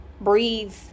Breathe